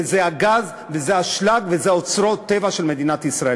וזה הגז וזה האשלג ואלה אוצרות הטבע של מדינת ישראל.